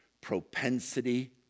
propensity